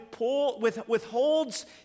withholds